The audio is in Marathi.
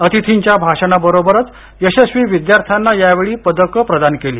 अतिथींच्य भाषणाबरोबरच यशस्वी विद्यार्थ्यांना यावेळी पदकं प्रदान केली